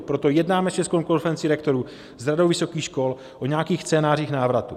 Proto jednáme s Českou konferencí rektorů, s Radou vysokých škol o nějakých scénářích návratu.